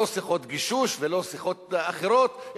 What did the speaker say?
לא שיחות גישוש ולא שיחות אחרות,